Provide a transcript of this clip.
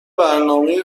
برنامه